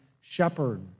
shepherd